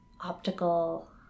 optical